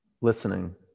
listening